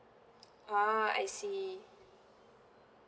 ah I see